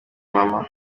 mama